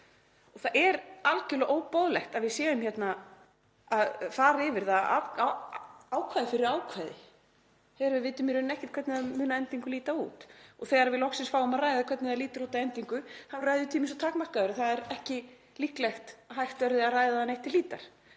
Það er algerlega óboðlegt að við séum að fara yfir það, ákvæði fyrir ákvæði, þegar við vitum í rauninni ekkert hvernig það mun að endingu líta út. Og þegar við loksins fáum að ræða hvernig það lítur út að endingu þá er ræðutíminn svo takmarkaður að það er ekki líklegt að hægt verði að ræða það neitt til hlítar.